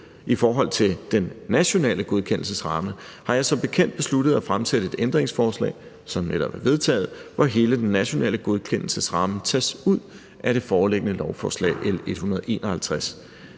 I forhold til den nationale godkendelsesramme har jeg som bekendt besluttet at fremsætte et ændringsforslag, som netop er vedtaget, hvor hele den nationale godkendelsesramme tages ud af det foreliggende lovforslag L 151.